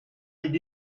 dit